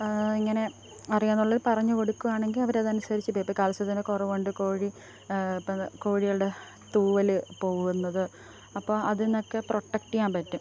ഇങ്ങനെ അറിയാം എന്നുള്ളവർ പറഞ്ഞു കൊടുക്കുകയാണെങ്കിൽ അവർ അതനുസരിച്ച് ഇപ്പം കാൽസ്യത്തിൻ്റെ കുറവുകൊണ്ട് കോഴി ഇപ്പം കോഴികളുടെ തൂവൽ പോവുന്നത് അപ്പോൾ അതിൽനിന്ന് ഒക്കെ പ്രൊട്ടക്ട് ചെയ്യാൻ പറ്റും